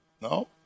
no